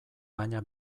baina